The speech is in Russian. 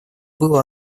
было